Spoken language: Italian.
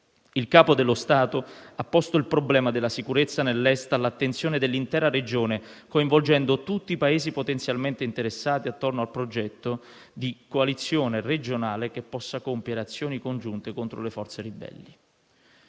Il Capo dello Stato ha posto il problema della sicurezza nell'Est all'attenzione dell'intera regione, coinvolgendo tutti i Paesi potenzialmente interessati attorno al progetto di coalizione regionale che possa compiere azioni congiunte contro le forze ribelli.